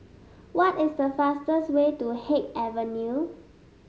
what is the fastest way to Haig Avenue